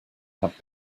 had